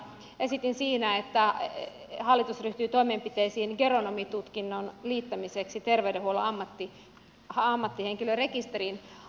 esitin siinä että hallitus ryhtyy toimenpiteisiin geronomitutkinnon liittämiseksi terveydenhuollon ammattihenkilörekisteriin